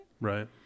Right